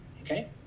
Okay